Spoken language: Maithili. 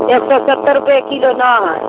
एक सओ सत्तर रूपये किलो नहि हय